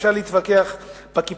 אפשר להתווכח על קיפוח,